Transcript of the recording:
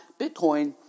Bitcoin